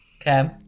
Okay